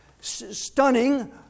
stunning